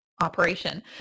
operation